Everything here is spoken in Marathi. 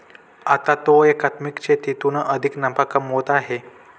आता तो एकात्मिक शेतीतून अधिक नफा कमवत आहे